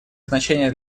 значение